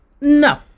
No